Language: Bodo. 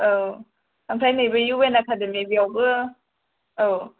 औ आमफ्राय नै बे इउ एन एकाडेमि बेयावबो औ